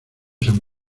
saint